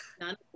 none